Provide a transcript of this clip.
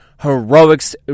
heroics